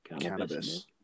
Cannabis